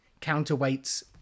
counterweights